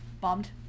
Bombed